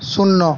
শূন্য